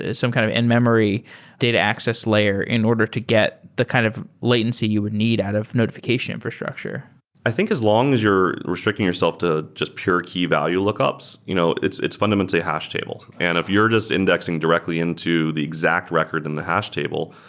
some kind of in-memory data access layer in order to get the kind of latency you would need out of notifi cation infrastructure i think as long as you're restricting yourself to just pure key value lookups, you know it's it's fundamentally hash table, and if you're just indexing directly into the exact record in the hash table,